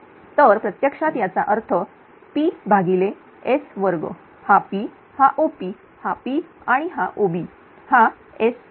तर प्रत्यक्षात याचा अर्थ pS2 हा P हा OP हा P आणि हा OB हा S2